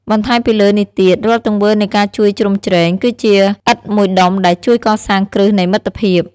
បន្ថែមពីលើនេះទៀត រាល់ទង្វើនៃការជួយជ្រោមជ្រែង គឺជាឥដ្ឋមួយដុំដែលជួយកសាងគ្រឹះនៃមិត្តភាព។